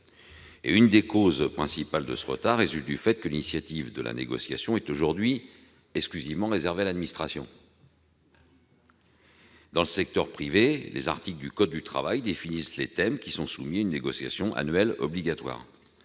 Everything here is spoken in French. Une des causes principales de ce retard réside dans le fait que l'initiative de la négociation est aujourd'hui exclusivement réservée à l'administration. Dans le secteur privé, les articles du code du travail définissent les thèmes qui sont soumis à une négociation annuelle obligatoire.